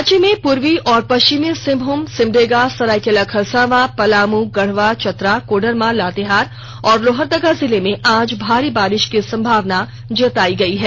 राज्य में पूर्वी और पश्चिमी सिंहभूम सिमडेगा सरायकेला खरसावां पलामू गढ़वा चतरा कोडरमा लातेहार और लोहरदगा जिले में आज भारी बारिश की संभावना जतायी गयी है